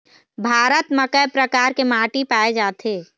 भारत म कय प्रकार के माटी पाए जाथे?